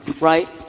Right